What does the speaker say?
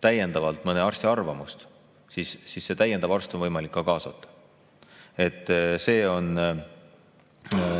täiendavalt mõne arsti arvamust, siis see arst on võimalik kaasata. See on